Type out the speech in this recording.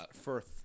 first